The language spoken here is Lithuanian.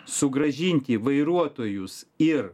sugrąžinti vairuotojus ir